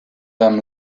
them